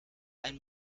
ein